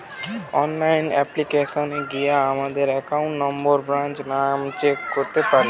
online অ্যাপ্লিকেশানে গিয়া আমাদের একাউন্ট নম্বর, ব্রাঞ্চ নাম চেক করতে পারি